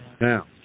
now